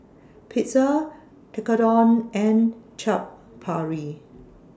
Pizza Tekkadon and Chaat Papri